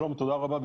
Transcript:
שלום ותודה רבה.